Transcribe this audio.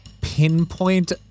pinpoint